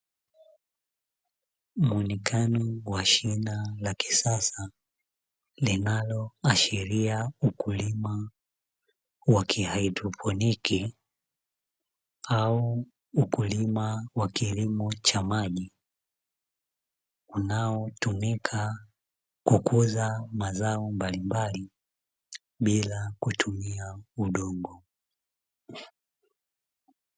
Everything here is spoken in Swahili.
Muonekano wa shina la kisasa, linaloashiria ukilima wa kihaidropiniki au ukilima wa kilimo cha maji, unaotumika kukuza mazao mbalimbali bila kutumia udongo.